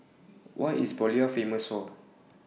What IS Bolivia Famous For